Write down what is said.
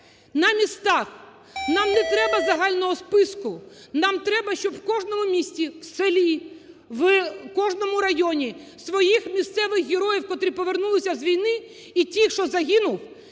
На містах, на не треба загального списку, нам треба, щоб в кожному місті, в селі, в кожному районі своїх місцевих героїв, котрі повернулися з війни, і тих, хто загинув,